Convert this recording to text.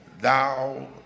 thou